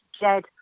Jed